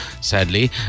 sadly